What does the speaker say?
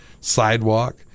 sidewalk